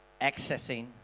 Accessing